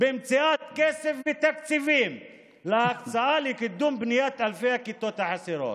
במציאת כסף ותקציבים להקצאה לקידום בניית אלפי הכיתות החסרות.